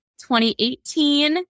2018